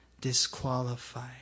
disqualified